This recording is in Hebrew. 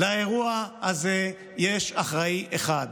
לאירוע הזה יש אחראי אחד,